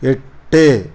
எட்டு